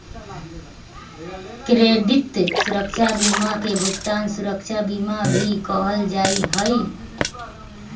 credit सुरक्षा बीमा के भुगतान सुरक्षा बीमा भी कहल जा हई